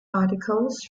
articles